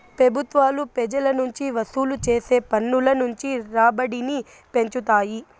పెబుత్వాలు పెజల నుంచి వసూలు చేసే పన్నుల నుంచి రాబడిని పెంచుతాయి